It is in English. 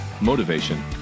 motivation